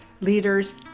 leaders